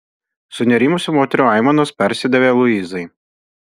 sunerimusių moterų aimanos persidavė luizai